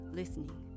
listening